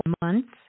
months